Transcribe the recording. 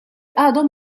għadhom